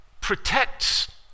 protects